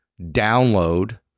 download